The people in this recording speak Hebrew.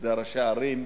אלה ראשי הערים,